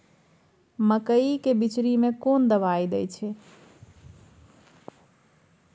मकई के बिचरी में कोन दवाई दे छै?